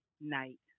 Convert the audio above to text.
night